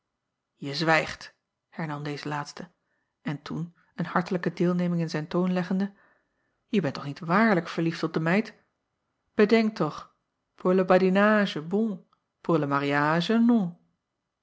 e zwijgt hernam deze laatste en toen een hartelijke deelneming in zijn toon leggende e bent toch niet waarlijk verliefd op de meid edenk toch pour le badinage bon pour le mariage non